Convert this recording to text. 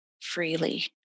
freely